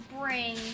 bring